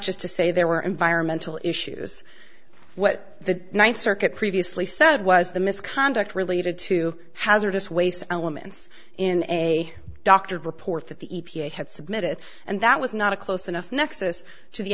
just to say there were environmental issues what the ninth circuit previously said was the misconduct related to hazardous waste elements in a doctored report that the e p a had submitted and that was not a close enough nexus to the